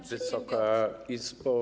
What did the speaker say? Wysoka Izbo!